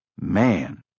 Man